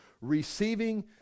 receiving